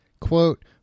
Quote